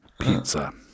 pizza